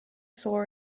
saw